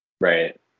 Right